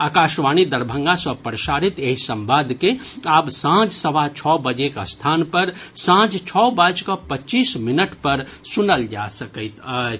आकाशवाणी दरभंगा सँ प्रसारित एहि संवाद के आब सांझ सवा छओ बजेक स्थान पर सांझ छओ बाजि कऽ पच्चीस मिनट पर सुनल जा सकैत अछि